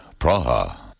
Praha